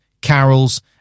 carols